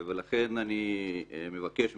ולכן אני מבקש ממך,